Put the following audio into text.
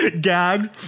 gagged